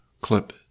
clip